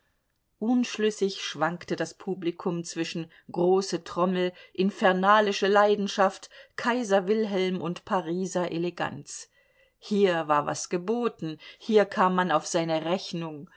unschlüssig schwankte das publikum zwischen große trommel infernalische leidenschaft kaiser wilhelm und pariser eleganz hier war was geboten hier kam man auf seine rechnung